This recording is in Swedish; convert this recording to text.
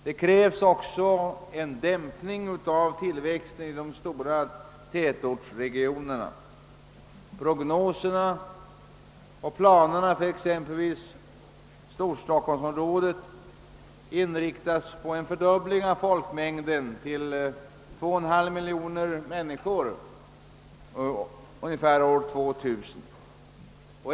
Det krävs också en dämpning av tillväxten i de stora tätortsregionerna. Prognoserna och planerna för exempelvis Storstockholmsområdet inriktas på en fördubbling av folkmängden till 2,5 miljoner människor omkring år 2000.